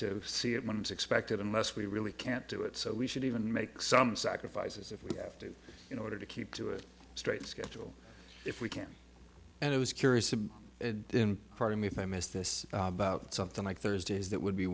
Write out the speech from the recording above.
to see it when it's expected unless we really can't do it so we should even make some sacrifices if we have to in order to keep to it straight schedule if we can and it was curious and pardon me if i missed this about something like thursdays that would be